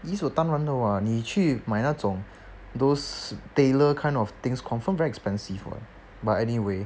理所当然的 [what] 你去买那种 those tailor kind of things confirm very expensive [what] but anyway